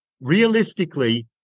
realistically